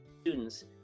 students